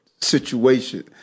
situation